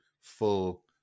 full